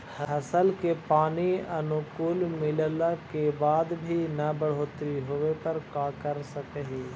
फसल के पानी अनुकुल मिलला के बाद भी न बढ़ोतरी होवे पर का कर सक हिय?